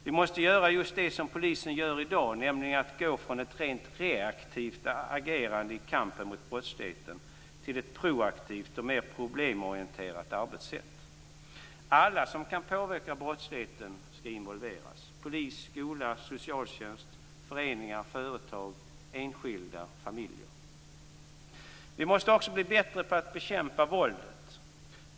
Vi måste göra just det som polisen gör i dag, nämligen att gå från ett rent reaktivt agerande i kampen mot brottsligheten till ett proaktivt och mer problemorienterat arbetssätt. Alla som kan påverka brottsligheten skall involveras, polis, skola, socialtjänst, föreningar, företag, enskilda och familjer. Vi måste också bli bättre på att bekämpa våldet.